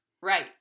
Right